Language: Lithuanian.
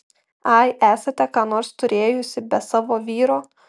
ai esate ką nors turėjusi be savo vyro